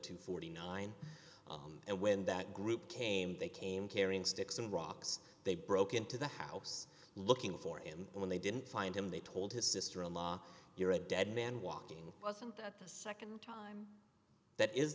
forty nine and when that group came they came carrying sticks and rocks they broke into the house looking for him and when they didn't find him they told his sister in law you're a dead man walking wasn't that the nd time that is